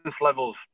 levels